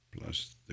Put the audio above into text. Plus